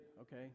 Okay